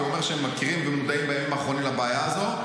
כי הוא אומר שהם מכירים ומודעים בימים האחרונים לבעיה הזאת.